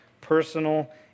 personal